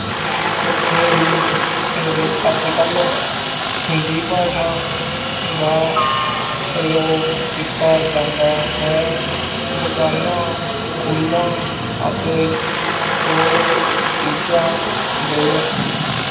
ਉੱਥੇ ਵੀ ਅੱਜ ਕੱਲ੍ਹ ਹਿੰਦੀ ਭਾਸ਼ਾ ਦਾ ਪ੍ਰਯੋਗ ਕੀਤਾ ਜਾਂਦਾ ਹੈ ਦੁਕਾਨਾਂ ਸਕੂਲਾਂ ਅਤੇ ਹੋਰ ਚੀਜ਼ਾਂ ਦੇ